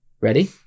Ready